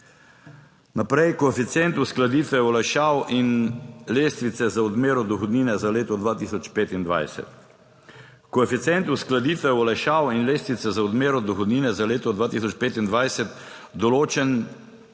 Naprej. Koeficient uskladitve olajšav in lestvice za odmero dohodnine za leto 2025.